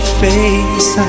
face